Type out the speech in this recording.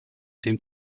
dem